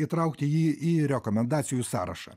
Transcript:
įtraukti jį į rekomendacijų sąrašą